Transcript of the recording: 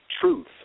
Truth